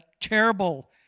terrible